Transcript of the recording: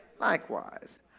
Likewise